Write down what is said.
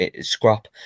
scrap